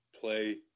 Play